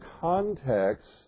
context